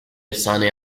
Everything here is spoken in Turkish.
efsane